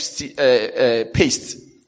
paste